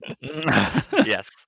Yes